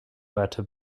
weiter